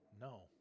No